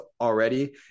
already